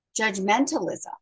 judgmentalism